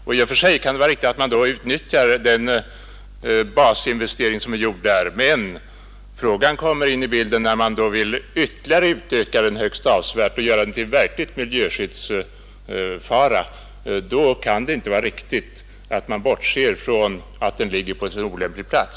I och för sig kan det vara riktigt att utnyttja den basinvestering som är gjord, men när det blir aktuellt att utöka den avsevärt och göra den till en verklig miljöfara kan man inte bortse från att den ligger på en olämplig plats.